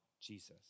Jesus